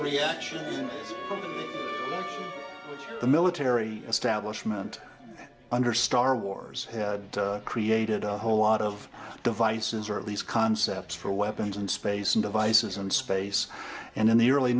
reaction the military establishment under star wars had created a whole lot of devices or at least concepts for weapons and space and devices and space and in the early